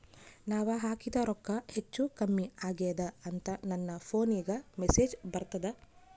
ನಾವ ಹಾಕಿದ ರೊಕ್ಕ ಹೆಚ್ಚು, ಕಮ್ಮಿ ಆಗೆದ ಅಂತ ನನ ಫೋನಿಗ ಮೆಸೇಜ್ ಬರ್ತದ?